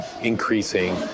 increasing